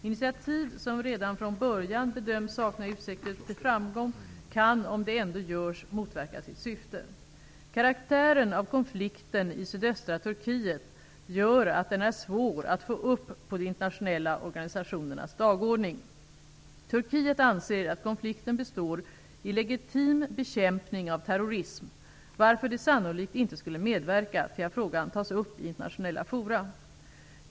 Initiativ som redan från början bedöms sakna utsikter till framgång kan, om de ändå görs, motverka sitt syfte. Karaktären av konflikten i sydöstra Turkiet gör att den är svår att få upp på de internationella organisationernas dagordning. Turkiet anser att konflikten består i legitim bekämpning av terrorism, varför man sannolikt inte skulle medverka till att frågan tas upp i internationella forum.